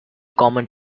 common